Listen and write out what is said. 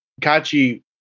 Kachi